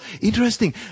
Interesting